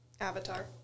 Avatar